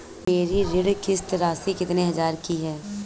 मेरी ऋण किश्त राशि कितनी हजार की है?